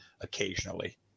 occasionally